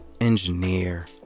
engineer